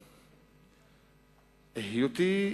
היותי,